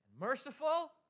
merciful